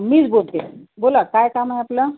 मीच बोलते आहे बोला काय काम आहे आपलं